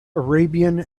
arabian